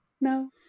no